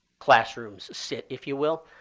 classrooms sit, if you will.